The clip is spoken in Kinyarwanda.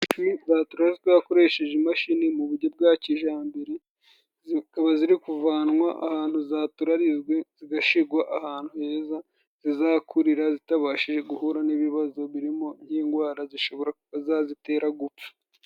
zatozwa akoresheje imashini mu buryo bwa kijyambere zikaba ziri kuvanwa ahantu zaturarizwe zigashigwa ahantu heza zizakurira zitabashije guhura n'ibibazo birimo by'indwara zishobora zazitera gupfa.